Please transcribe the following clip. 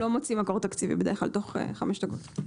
לא מוצאים מקור תקציבי בדרך כלל תוך חמש דקות.